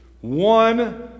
one